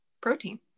protein